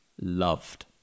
loved